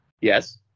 Yes